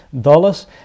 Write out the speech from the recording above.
dollars